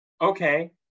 Okay